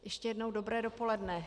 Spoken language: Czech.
Ještě jednou dobré dopoledne.